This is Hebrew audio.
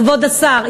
כבוד השר,